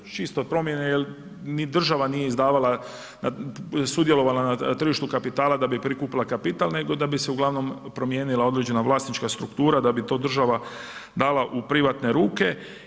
Čisto promjene jel ni država nije izdavala sudjelovala na tržištu kapitala da bi prikupila kapital nego da bi se uglavnom promijenila određena vlasnička struktura da bi to država dala u privatne ruke.